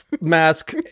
mask